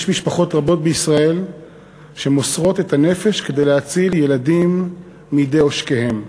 יש משפחות רבות בישראל שמוסרות את הנפש כדי להציל ילדים מידי עושקיהם.